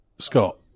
Scott